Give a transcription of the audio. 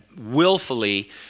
willfully